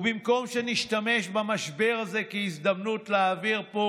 ובמקום שנשתמש במשבר הזה כהזדמנות להעביר פה